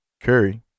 Curry